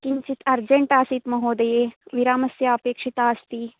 किञ्चित् अर्जेण्ट् आसीत् महोदये विरामस्य अपेक्षिता आसीत्